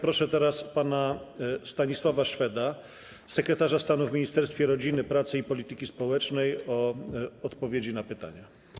Proszę zatem teraz pana Stanisława Szweda, sekretarza stanu w Ministerstwie Rodziny, Pracy i Polityki Społecznej, o odpowiedzi na pytania.